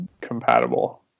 compatible